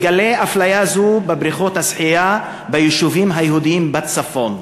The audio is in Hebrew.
הוא מגלה אפליה זו בבריכות השחייה ביישובים היהודיים בצפון.